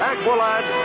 Aqualad